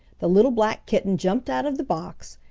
the little black kitten jumped out of the box,